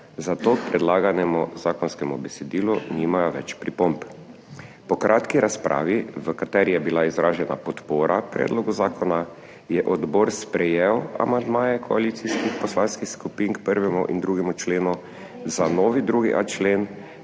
zato k predlaganemu zakonskemu besedilu nimajo več pripomb. Po kratki razpravi, v kateri je bila izražena podpora predlogu zakona, je odbor sprejel amandmaje koalicijskih poslanskih skupin k 1. in 2. členu, za novi 2.a člen